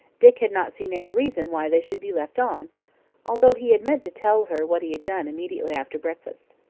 dick had not seen any reason why they should be left on although he had meant to tell her what he had done immediately after breakfast.